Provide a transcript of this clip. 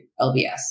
lbs